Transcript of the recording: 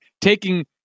taking